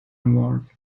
award